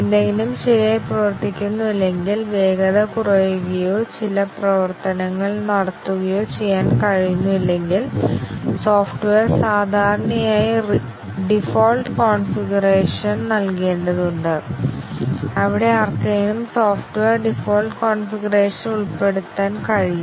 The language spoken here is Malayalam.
എന്തെങ്കിലും ശരിയായി പ്രവർത്തിക്കുന്നില്ലെങ്കിൽ വേഗത കുറയുകയോ ചില പ്രവർത്തനങ്ങൾ നടത്തുകയോ ചെയ്യാൻ കഴിയുന്നില്ലെങ്കിൽ സോഫ്റ്റ്വെയർ സാധാരണയായി ഡീഫോൾട്ട് കോൺഫിഗറേഷനുകൾ നൽകേണ്ടതുണ്ട് അവിടെ ആർക്കെങ്കിലും സോഫ്റ്റ്വെയർ ഡിഫോൾട്ട് കോൺഫിഗറേഷനിൽ ഉൾപ്പെടുത്താൻ കഴിയും